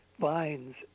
vines